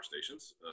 stations